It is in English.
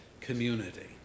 community